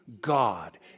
God